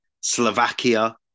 Slovakia